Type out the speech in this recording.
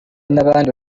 nabandi